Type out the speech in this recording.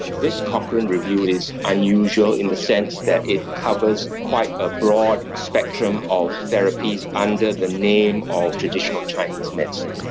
this cochrane review is unusual in the sense that it covers quite a broad spectrum of therapies under the name of traditional chinese medicine.